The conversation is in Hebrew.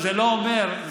לא היה קשור לממשלה הזאת.